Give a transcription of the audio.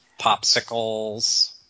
popsicles